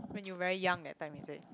when you very young that time is it